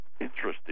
Interesting